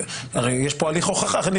הרי יש פה הליך משפטי,